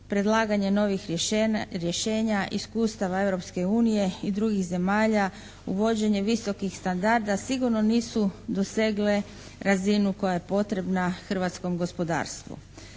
predlaganje novih rješenja, iskustava Europske unije i drugih zemalja, uvođenje visokih standarda sigurno nisu dosegle razinu koja je potreba hrvatskom gospodarstvu.